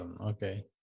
Okay